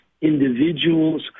individuals